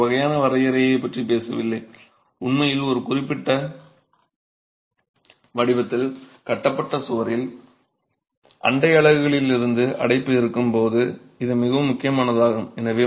நாங்கள் ஒரு வகையான வரையறையை பற்றி பேசவில்லை உண்மையில் ஒரு குறிப்பிட்ட வடிவத்தில் கட்டப்பட்ட சுவரில் அண்டை அலகுகளில் இருந்து அடைப்பு இருக்கும் போது இது மிகவும் முக்கியமானதாகும்